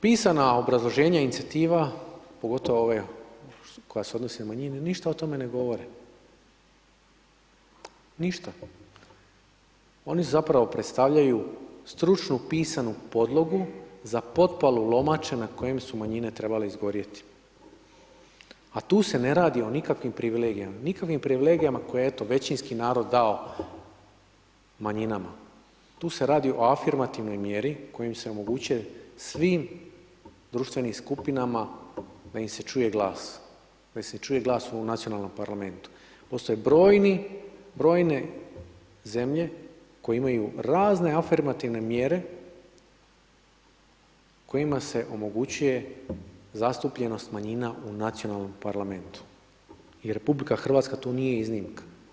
Pisana obrazloženja inicijativa, pogotovo ove koja se odnosi na manjine, ništa o tome ne govore, ništa, oni zapravo predstavljaju stručnu pisanu podlogu za potpalu lomače na kojem su manjine trebale izgorjeti, a tu se ne radi o nikakvim privilegijama, nikakvim privilegijama koje eto, većinski narod dao manjinama, tu se radi o afirmativnoj mjeri kojim se omogućuje svim društvenim skupinama da im se čuje glas, da im se čuje glas u nacionalnom parlamentu, postoje brojne zemlje koje imaju razne afirmativne mjere kojima se omogućuje zastupljenost manjina u nacionalnom parlamentu i RH tu nije iznimka.